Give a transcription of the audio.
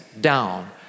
down